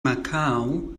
macau